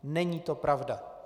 Není to pravda.